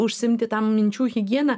užsiimti ta minčių higiena